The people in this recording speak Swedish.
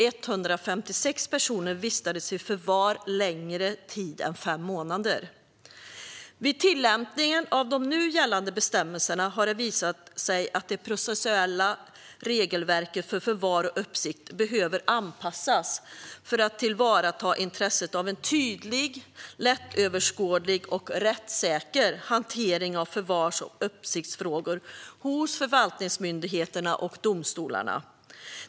156 personer vistades i förvar längre tid än fem månader. Vid tillämpningen av de nu gällande bestämmelserna har det visat sig att det processuella regelverket för förvar och uppsikt behöver anpassas för att tillvarata intresset av en tydlig, lättöverskådlig och rättssäker hantering av förvars och uppsiktsfrågor hos förvaltningsmyndigheterna och domstolarna.